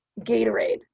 gatorade